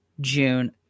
june